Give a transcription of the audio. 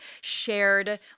shared